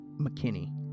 McKinney